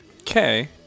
Okay